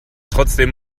trotzdem